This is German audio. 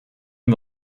wir